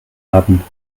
haben